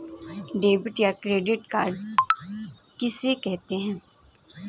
Debit या credit card किसे कहते हैं?